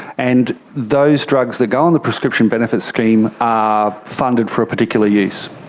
and those drugs that go on the prescription benefits scheme are funded for a particular use.